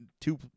two